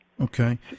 Okay